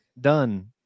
done